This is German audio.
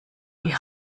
die